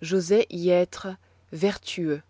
j'osai y être vertueux